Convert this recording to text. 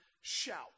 shout